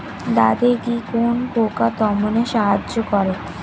দাদেকি কোন পোকা দমনে সাহায্য করে?